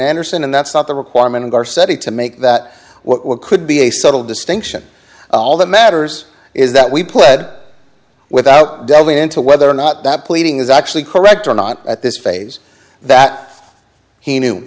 andersen and that's not the requirement of our study to make that were could be a subtle distinction all that matters is that we pled without delving into whether or not that pleading is actually correct or not at this phase that he knew